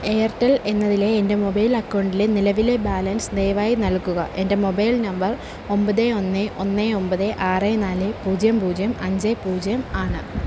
Airtel എന്നതിലെ എൻ്റെ mobile അക്കൗണ്ടിലെ നിലവിലെ ബാലൻസ് ദയവായി നൽകുക എൻ്റെ മൊബൈൽ നമ്പർ ഒൻപത് ഒന്ന് ഒന്ന് ഒൻപത് ആറ് നാല് പൂജ്യം പൂജ്യം അഞ്ച് പൂജ്യം ആണ്